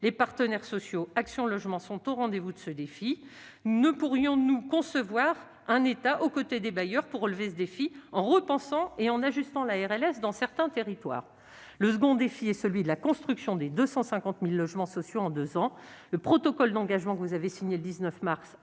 les partenaires sociaux et Action Logement sont au rendez-vous. Ne pourrions-nous pas concevoir un État aux côtés des bailleurs sociaux pour relever ce défi, en repensant et en ajustant la RLS dans certains territoires ? Le second défi est la construction de 250 000 logements sociaux en deux ans. Le protocole d'engagement signé le 19 mars